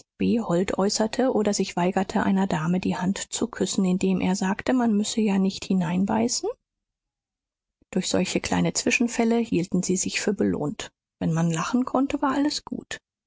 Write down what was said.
oder sich weigerte einer dame die hand zu küssen indem er sagte man müsse ja nicht hineinbeißen durch solche kleine zwischenfälle hielten sie sich für belohnt wenn man lachen konnte war alles gut